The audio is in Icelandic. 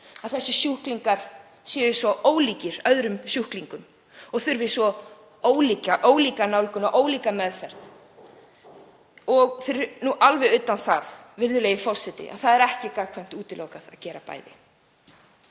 að þessir sjúklingar séu svo ólíkir öðrum sjúklingum og þurfi svo ólíka nálgun og ólíka meðferð. Fyrir nú utan það, virðulegi forseti, að það er ekki útilokað að gera hvort